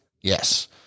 Yes